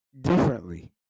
differently